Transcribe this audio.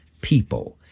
people